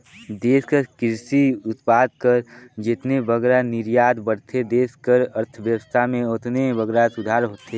देस कर किरसी उत्पाद कर जेतने बगरा निरयात बढ़थे देस कर अर्थबेवस्था में ओतने बगरा सुधार होथे